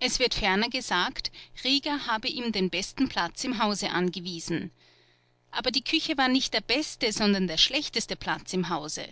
es wird ferner gesagt rieger habe ihm den besten platz im hause angewiesen aber die küche war nicht der beste sondern der schlechteste platz im hause